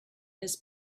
his